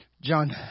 John